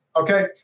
Okay